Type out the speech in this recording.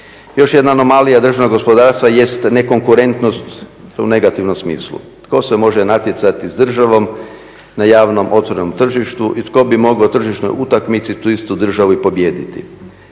Još jedna anomalija državnog gospodarstva jest nekonkurentnost u negativnom smislu. Tko se može natjecati s državom na javnom otvorenom tržištu i tko bi mogao u tržišnoj utakmici tu istu državu i pobijediti.